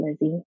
Lizzie